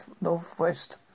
Northwest